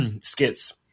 skits